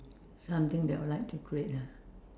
something that I would like to create ah